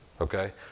Okay